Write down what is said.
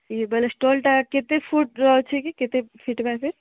ଇ ବେଲେ ଷ୍ଟଲ୍ଟା କେତେ ଫୁଟ୍ର ଅଛେ କି କେତେ ଫୁଟ୍ ବାଏ ଫୁଟ୍